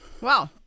Wow